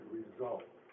result